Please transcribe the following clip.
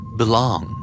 belong